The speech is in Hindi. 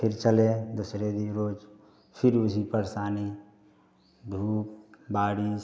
फिर चले दूसरे दिन रोज फिर उसी परेशानी धूप बारिश